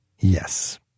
Yes